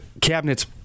Cabinets